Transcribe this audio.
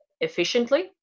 efficiently